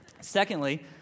Secondly